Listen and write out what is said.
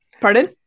pardon